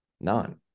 none